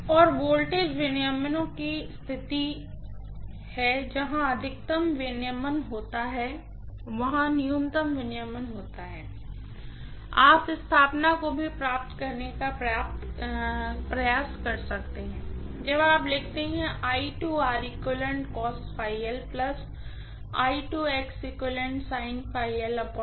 और वोल्टेज विनियमों के लिए स्थितियां हैं जहां अधिकतम रेगुलेशन होता है और जहां न्यूनतम रेगुलेशन होता है आप स्थापना को भी प्राप्त करने का प्रयास कर सकते हैं जब आप लिखते हैं कि रेगुलेशन है